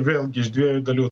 vėlgi iš dviejų dalių